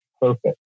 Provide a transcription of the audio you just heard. perfect